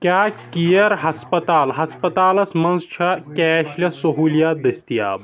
کیٛاہ کِیر ہسپَتال ہسپَتالس منٛز چھا کیش یا سہوٗلیات دٔستِیاب